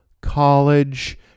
college